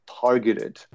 targeted